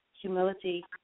humility